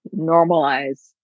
normalize